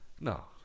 no